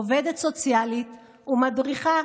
היא עובדת סוציאלית ומדריכה